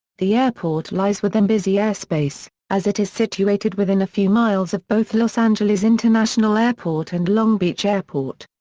the airport lies within busy airspace, as it is situated within a few miles of both los angeles international airport and long beach airport.